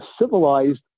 civilized